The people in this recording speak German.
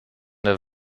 der